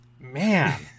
Man